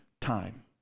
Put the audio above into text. time